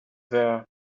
there